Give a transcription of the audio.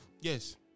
Yes